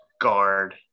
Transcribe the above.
guard